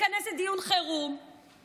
נכנס עכשיו לגברים ונשים, מגזרים.